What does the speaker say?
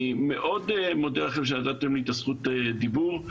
אני מאוד מודה לכם שנתתם לי זכות דיבור,